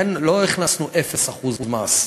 לא הכנסנו 0% מס,